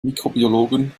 mikrobiologen